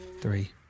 Three